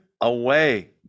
away